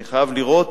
אני חייב לראות